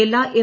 എല്ലാ എം